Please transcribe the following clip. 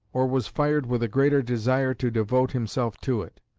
or was fired with a greater desire to devote himself to it.